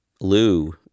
Lou